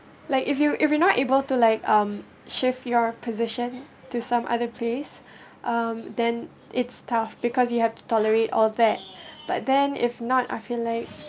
like if you if you not able to like um shift your position to some other place um then it's tough because you have to tolerate all that but then if not I feel like